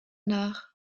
nach